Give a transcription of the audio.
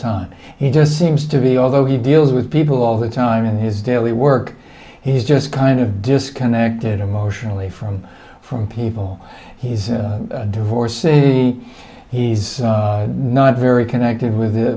time he just seems to be although he deals with people all the time in his daily work he's just kind of disconnected emotionally from from people he's divorced see he's not very connected with